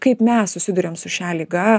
kaip mes susiduriam su šia liga